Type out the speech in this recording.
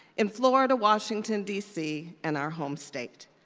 in florida, washington, dc, and our home state.